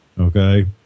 Okay